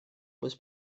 was